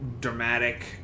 dramatic